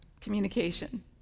communication